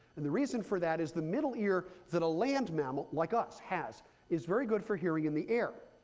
and the reason for that is the middle ear that a land mammal like us has is very good for hearing in the air.